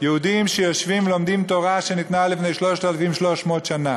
יהודים שיושבים ולומדים תורה שניתנה לפני 3,300 שנה,